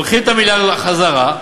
לוקחים את המיליארד חזרה,